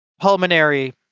Pulmonary